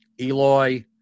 Eloy